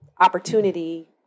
opportunity